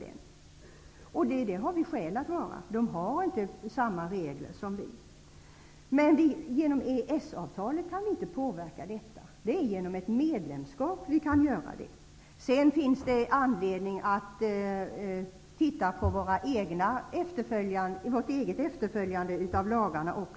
Vi har också skäl att vara oroliga. EG länderna har inte samma regler som vi för djurhållningen. Men genom EES-avtalet kan vi inte påverka detta, utan det är genom ett medlemskap vi kan påverka. Sedan finns det också anledning att titta på hur vi själva följer lagarna.